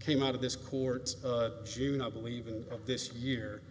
came out of this court june i believe in of this year